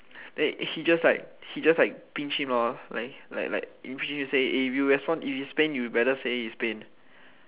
then he just like he just like pinch him lor like like like he say if you respond if it's pain you better say it's pain